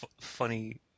Funny